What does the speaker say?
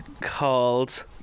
called